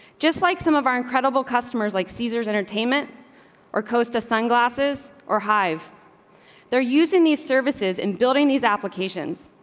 just like some of our incredible customers, like caesar's entertainment or costa sunglasses or hive they're using. these service is in building these applications,